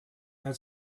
had